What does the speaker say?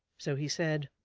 so he said,